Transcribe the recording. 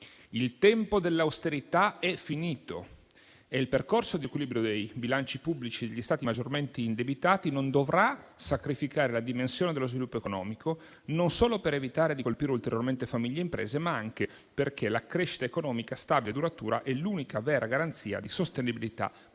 Il tempo dell'austerità è finito e il percorso di riequilibrio dei bilanci pubblici degli Stati maggiormente indebitati non dovrà sacrificare la dimensione dello sviluppo economico, non solo per evitare di colpire ulteriormente famiglie e imprese, ma anche perché la crescita economica stabile e duratura è l'unica vera garanzia di sostenibilità del